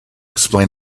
explain